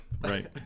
right